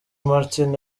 martin